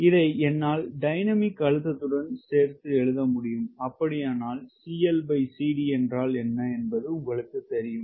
இதை என்னால் டைனமிக் அழுத்தத்துடன் சேர்த்து எழுத முடியும் அப்படியானால் CLCD என்றால் என்ன என்பது உங்களுக்குத் தெரியும்